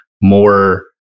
more